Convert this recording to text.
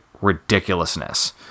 ridiculousness